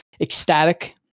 ecstatic